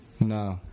No